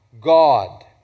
God